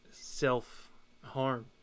self-harm